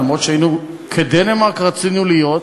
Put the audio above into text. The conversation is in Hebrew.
אף שכדנמרק רצינו להיות,